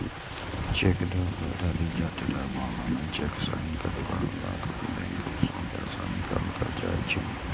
cheque धोखाधड़ीक जादेतर मामला मे चेक साइन करै बलाक बैंक सं पैसा निकालल जाइ छै